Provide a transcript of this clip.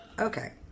okay